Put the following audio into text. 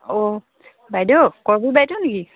অঁ বাইদেউ কৰবী বাইদেউ নেকি